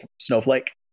Snowflake